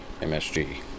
MSG